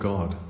God